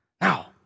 Now